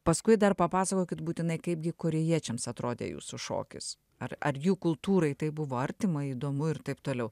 paskui dar papasakokit būtinai kaipgi korėjiečiams atrodė jūsų šokis ar ar jų kultūrai tai buvo artima įdomu ir taip toliau